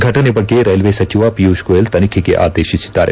ಘಟನ ಬಗ್ಗ ರೈಲ್ವೆ ಸಚಿವ ಪಿಯೂಷ್ ಗೊಯಲ್ ತನಿಖೆಗೆ ಆದೇತಿಸಿದ್ದಾರೆ